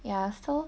ya so